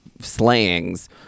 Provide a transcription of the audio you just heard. slayings